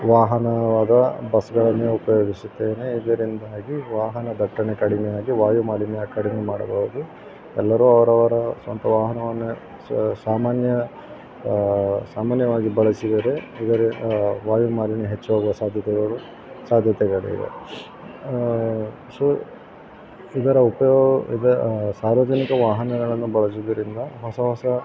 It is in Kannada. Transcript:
ವಾಹನವಾದ ಬಸ್ಗಳನ್ನು ಉಪಯೋಗಿಸುತ್ತೇನೆ ಇದರಿಂದಾಗಿ ವಾಹನ ದಟ್ಟಣೆ ಕಡಿಮೆಯಾಗಿ ವಾಯುಮಾಲಿನ್ಯ ಕಡಿಮೆ ಮಾಡಬಹುದು ಎಲ್ಲರೂ ಅವರವರ ಸ್ವಂತ ವಾಹನವನ್ನು ಸಾಮಾನ್ಯ ಸಾಮಾನ್ಯವಾಗಿ ಬಳಸಿದರೆ ಇದರ ವಾಯುಮಾಲಿನ್ಯ ಹೆಚ್ಚಾಗುವ ಸಾಧ್ಯತೆಗಳು ಸಾಧ್ಯತೆಗಳಿವೆ ಸೊ ಇದರ ಉಪಯೋ ಇದ ಸಾರ್ವಜನಿಕ ವಾಹನಗಳನ್ನು ಬಳಸೋದರಿಂದ ಹೊಸ ಹೊಸ